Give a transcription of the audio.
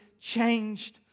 changed